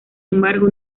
embargo